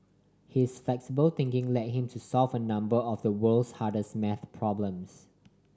his flexible thinking led him to solve a number of the world's hardest math problems